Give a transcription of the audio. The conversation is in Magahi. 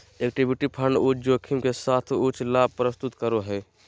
इक्विटी फंड उच्च जोखिम के साथ उच्च लाभ प्रस्तुत करो हइ